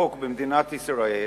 מכוח החוק במדינת ישראל